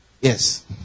Yes